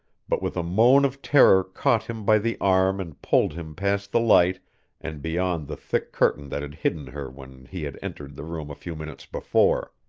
but with a moan of terror caught him by the arm and pulled him past the light and beyond the thick curtain that had hidden her when he had entered the room a few minutes before.